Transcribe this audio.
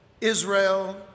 Israel